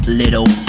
little